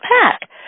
pack